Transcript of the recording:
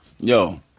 Yo